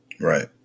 Right